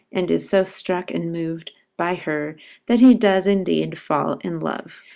and is so struck and moved by her that he does indeed fall in love.